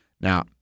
Now